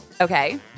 Okay